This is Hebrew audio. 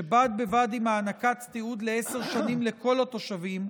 שבד בבד עם הענקת תיעוד לעשר שנים לכל התושבים,